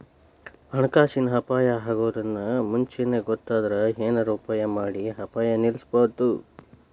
ಹಣಕಾಸಿನ್ ಅಪಾಯಾ ಅಗೊದನ್ನ ಮುಂಚೇನ ಗೊತ್ತಾದ್ರ ಏನರ ಉಪಾಯಮಾಡಿ ಅಪಾಯ ನಿಲ್ಲಸ್ಬೊದು